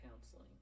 counseling